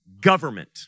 Government